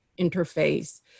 interface